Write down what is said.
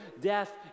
death